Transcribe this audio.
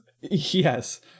Yes